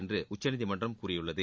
என்று உச்சநீதிமன்றம் கூறியுள்ளது